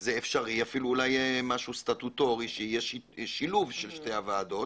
זה אפשרי אפילו אולי משהו סטטוטורי שיהיה שילוב של שתי הוועדות